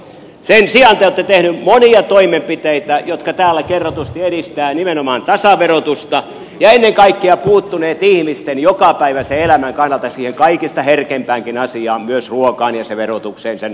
sen sijaan te olette tehnyt monia toimenpiteitä jotka täällä kerrotusti edistävät nimenomaan tasaverotusta ja ennen kaikkea puuttunut ihmisten jokapäiväisen elämän kannalta siihen kaikista herkimpäänkin asiaan myös ruokaan ja sen verotukseen sen nostamiseen